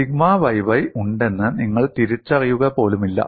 sigma yy ഉണ്ടെന്ന് നിങ്ങൾ തിരിച്ചറിയുകപോലുമില്ല